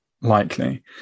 likely